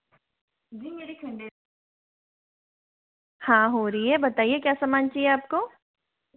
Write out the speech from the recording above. जी मेरी खण्डेल हाँ हो रही है बताइए क्या सामान चाहिए आपको ज